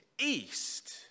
east